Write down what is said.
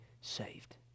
saved